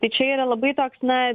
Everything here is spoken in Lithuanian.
tai čia yra labai toks na